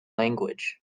language